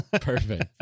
perfect